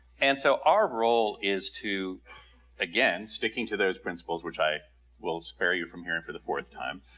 and so our role is to again sticking to those principles which i will spare you from hearing for the fourth time.